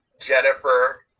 Jennifer